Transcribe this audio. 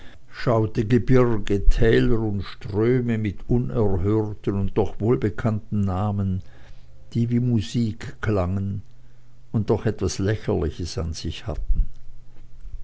schaute gebirge täler und ströme mit unerhörten und doch wohlbekannten namen die wie musik klangen und doch etwas lächerliches an sich hatten